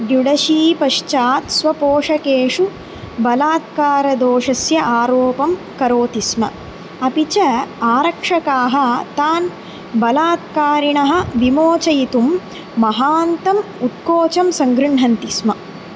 ड्युडशीपश्चात् स्वपोषकेषु बलात्कारदोषस्य आरोपं करोति स्म अपि च आरक्षकाः तान् बलात्कारिणः विमोचयितुं महान्तम् उत्कोचं सङ्गृह्णन्ति स्म